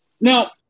Now